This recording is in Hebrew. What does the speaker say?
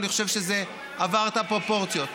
אני חושב שזה עבר את הפרופורציות.